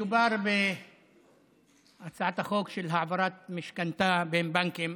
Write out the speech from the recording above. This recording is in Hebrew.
מדובר בהצעת חוק של העברת משכנתה בין בנקים.